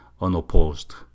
unopposed